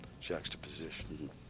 juxtaposition